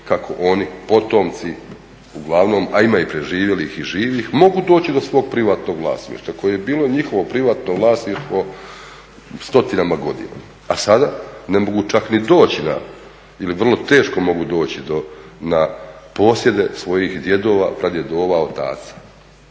kako oni potomci uglavnom, a ima ih preživjelih i živih mogu doći do svog privatnog vlasništva koje je bilo njihovo privatno vlasništvo stotinama godina, a sada ne mogu čak ni doći ili vrlo teško mogu doći na posjede svojih djedova, pradjedova, otaca.